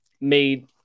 made